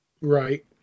Right